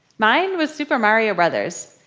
mine was super mario brothers.